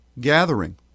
gathering